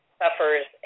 suffers